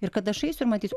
ir kad aš eisiu ir matysiu